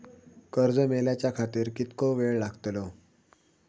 कर्ज मेलाच्या खातिर कीतको वेळ लागतलो?